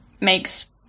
makes